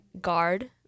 guard